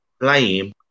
Blame